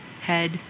head